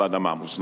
באדמה המוזנחת.